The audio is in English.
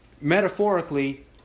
metaphorically